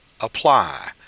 apply